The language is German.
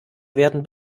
werden